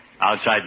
outside